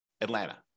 Atlanta